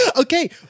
Okay